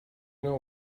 know